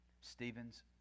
Stephen's